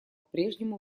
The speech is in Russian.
прежнему